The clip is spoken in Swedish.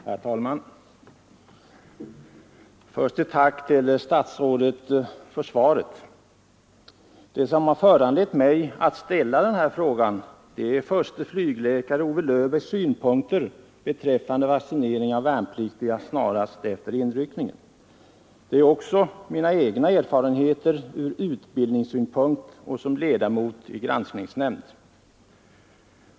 Herr talman! Först ett tack till statsrådet för svaret. Det som har föranlett mig att ställa den här frågan är förste flygläkare Ove Löfbergs synpunkter beträffande vaccinering av värnpliktiga snarast efter inryckningen. Det är också mina egna erfarenheter från utbildningssynpunkt och som ledamot av granskningsnämnd.